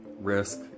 risk